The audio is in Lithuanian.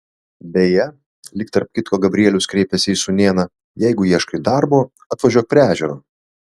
beje lyg tarp kitko gabrielius kreipėsi į sūnėną jeigu ieškai darbo atvažiuok prie ežero